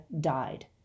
died